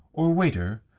or waiter,